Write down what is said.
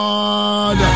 God